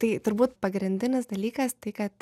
tai turbūt pagrindinis dalykas tai kad